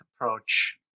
approach